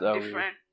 different